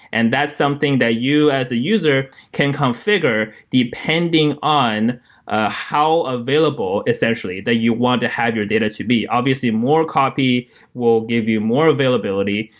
and that's something that you as the user can configure depending on ah how available essentially that you want to have your data to be. obviously, more copy will give you more availability,